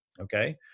okay